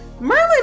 Merlin